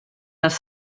les